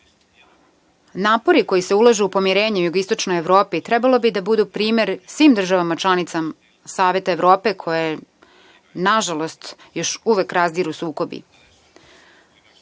koji se ulažu u pomirenje u jugoističnoj Evropi trebalo bi da budu primer svim državama članicama Saveta Evrope koje nažalost još uvek razdiru sukobi.